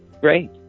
great